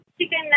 Chicken